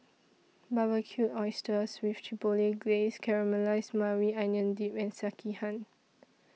Barbecued Oysters with Chipotle Glaze Caramelized Maui Onion Dip and Sekihan